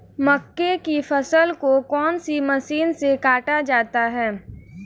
मक्के की फसल को कौन सी मशीन से काटा जाता है?